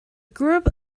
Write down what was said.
group